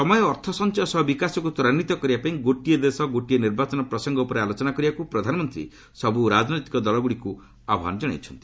ସମୟ ଓ ଅର୍ଥ ସଞ୍ଚୟ ସହ ବିକାଶକୁ ତ୍ୱରାନ୍ୱିତ କରିବାପାଇଁ ଗୋଟିଏ ଦେଶ ଗୋଟିଏ ନିର୍ବାଚନ ପ୍ରସଙ୍ଗ ଉପରେ ଆଲୋଚନା କରିବାକୁ ପ୍ରଧାନମନ୍ତ୍ରୀ ସବୁ ରାଜନୈତିକ ଦଳଗୁଡ଼ିକୁ ଆହ୍ୱାନ ଜଣାଇଛନ୍ତି